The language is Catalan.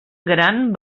gran